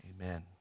Amen